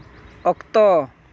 ᱚᱠᱛᱚ